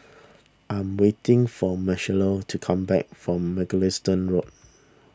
I am waiting for Marcela to come back from Mugliston Road